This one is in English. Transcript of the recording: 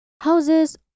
Houses